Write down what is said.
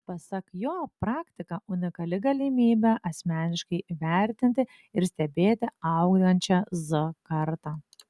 pasak jo praktika unikali galimybė asmeniškai įvertinti ir stebėti augančią z kartą